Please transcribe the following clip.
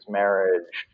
marriage